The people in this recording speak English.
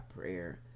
prayer